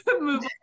move